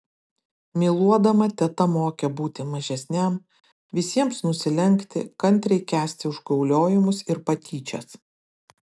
myluodama teta mokė būti mažesniam visiems nusilenkti kantriai kęsti užgauliojimus ir patyčias